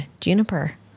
Juniper